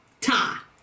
Ta